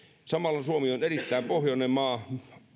samalla suomi on erittäin pohjoinen maa